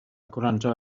gwrando